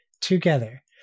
together